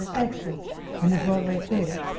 and excellence in the broadway theatre.